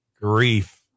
grief